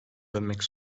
dönmek